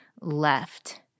left